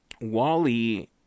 wally